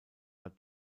war